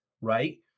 right